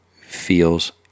feels